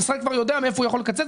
המשרד כבר יודע מאיפה הוא יכול לקצץ,